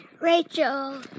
Rachel